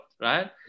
right